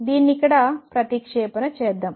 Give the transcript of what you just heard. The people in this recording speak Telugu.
దీన్ని ఇక్కడ ప్రతిక్షేపణ చేద్దాం